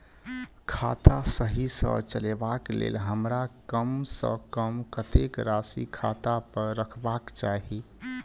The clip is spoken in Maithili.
खाता सही सँ चलेबाक लेल हमरा कम सँ कम कतेक राशि खाता पर रखबाक चाहि?